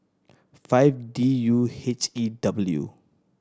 five D U H E W